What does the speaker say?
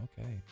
Okay